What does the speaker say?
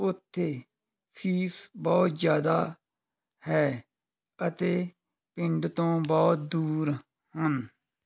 ਉੱਥੇ ਫੀਸ ਬਹੁਤ ਜ਼ਿਆਦਾ ਹੈ ਅਤੇ ਪਿੰਡ ਤੋਂ ਬਹੁਤ ਦੂਰ ਹਨ